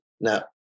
now